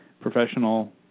professional